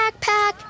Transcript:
backpack